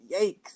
yikes